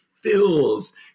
fills